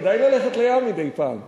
כדאי ללכת לים מדי פעם.